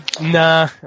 Nah